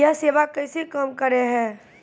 यह सेवा कैसे काम करै है?